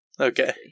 okay